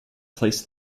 placed